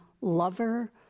lover